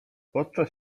podczas